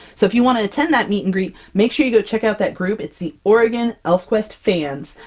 so if you want to attend that meet and greet, make sure you go check out that group. it's the oregon elfquest fans,